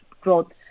growth